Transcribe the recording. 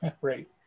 Right